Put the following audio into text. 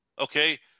Okay